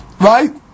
right